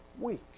week